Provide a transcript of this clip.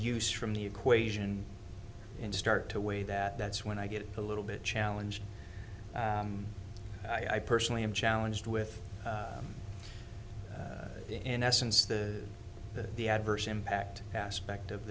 use from the equation and start to weigh that that's when i get a little bit challenge i personally am challenged with in essence the that the adverse impact aspect of